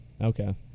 Okay